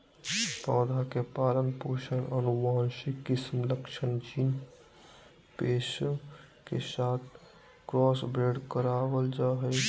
पौधा के पालन पोषण आनुवंशिक किस्म लक्षण जीन पेश के साथ क्रॉसब्रेड करबाल जा हइ